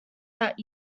that